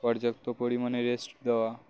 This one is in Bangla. পর্যাপ্ত পরিমাণে রেস্ট দেওয়া